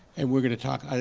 and we're gonna talk,